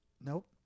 Nope